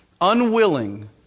unwilling